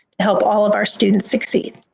to help all of our students succeed.